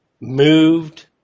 moved